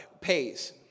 pays